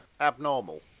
Abnormal